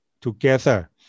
together